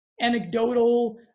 anecdotal